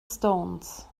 stones